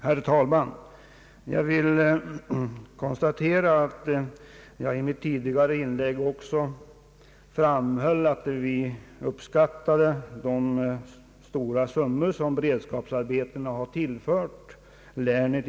Herr talman! Jag vill erinra om att jag i mitt tidigare inlägg framhöll att vi uppskattar de stora summor som i form av beredskapsarbeten av vägbyggen har tillförts länet.